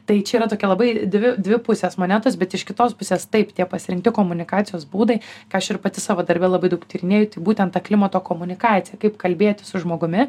tai čia yra tokia labai dvi dvi pusės monetos bet iš kitos pusės taip tie pasirinkti komunikacijos būdai ką aš ir pati savo darbe labai daug tyrinėju tai būtent ta klimato komunikacija kaip kalbėti su žmogumi